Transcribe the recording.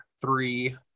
three